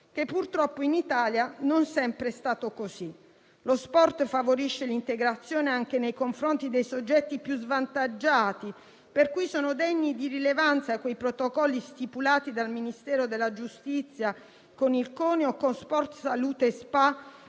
purtroppo però in Italia non sempre è stato così. Lo sport favorisce l'integrazione anche nei confronti dei soggetti più svantaggiati, per cui sono degni di rilevanza quei protocolli stipulati dal Ministero della giustizia con il CONI o con Sport e salute SpA